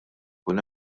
ikun